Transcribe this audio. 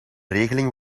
regeling